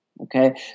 okay